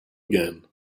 again